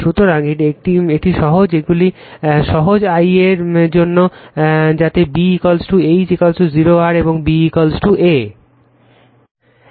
সুতরাং এটি সহজ এগুলি সহজ la এর জন্য যাতে B H 0 r এবং B A